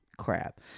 crap